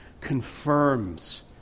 confirms